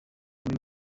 muri